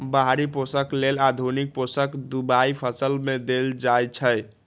बाहरि पोषक लेल आधुनिक पोषक दबाई फसल में देल जाइछइ